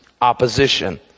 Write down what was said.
opposition